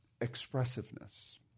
expressiveness